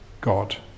God